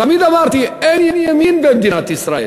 תמיד אמרתי שאין ימין ואין שמאל במדינת ישראל,